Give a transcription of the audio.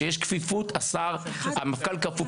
שיש כפיפות של המפכ"ל לשר.